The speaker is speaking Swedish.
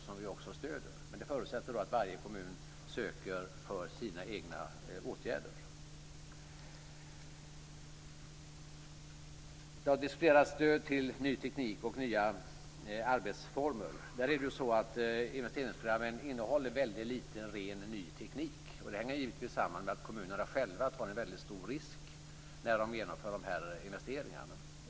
Förutsättningen är dock att varje kommun ansöker om medel för sina egna åtgärder. Det har diskuterats om stöd till ny teknik och till nya arbetsformer. Investeringsprogrammen innehåller väldigt lite av rent ny teknik. Det hänger givetvis samman med att kommunerna själva tar en väldigt stor risk när de genomför de här investeringarna.